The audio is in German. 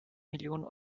millionen